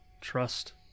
Trust